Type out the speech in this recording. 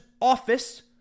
office